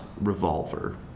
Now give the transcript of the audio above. revolver